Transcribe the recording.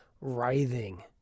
writhing